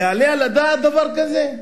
יעלה על הדעת דבר כזה?